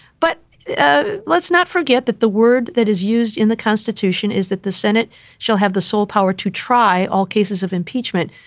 but ah let's not forget that the word that is used in the is that the senate shall have the sole power to try all cases of impeachment.